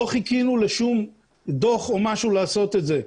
לא חיכינו לשום דוח או משהו לעשות את זה.